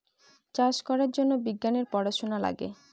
চাষ করার জন্য বিজ্ঞানের পড়াশোনা লাগে